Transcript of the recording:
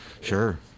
Sure